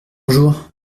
jour